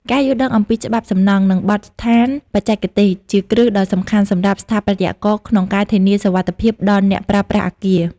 ការយល់ដឹងអំពីច្បាប់សំណង់ និងបទដ្ឋានបច្ចេកទេស ជាគ្រឹះដ៏សំខាន់សម្រាប់ស្ថាបត្យករក្នុងការធានាសុវត្ថិភាពដល់អ្នកប្រើប្រាស់អគារ។